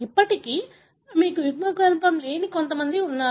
ఇప్పటికీ మీకు యుగ్మవికల్పం లేని కొంత మంది ఉన్నారు